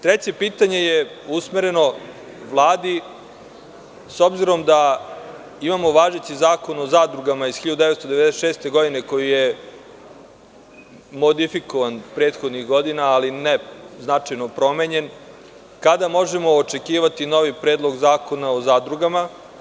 Treće pitanje je usmereno Vladi, s obzirom da imamo važeći Zakon o zadrugama iz 1996. godine koji je modifikovan prethodnih godina, ali ne značajno promenjen, kada možemo očekivati novi predlog zakona o zadrugama?